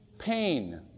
pain